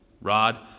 rod